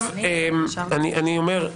עצם ההצדקה לפסקת